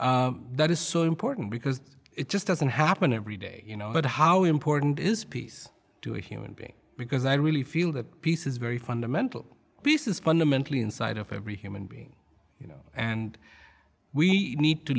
peace that is so important because it just doesn't happen every day you know but how important is peace to a human being because i really feel that peace is very fundamental peace is fundamentally inside of every human being you know and we need to